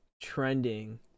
Trending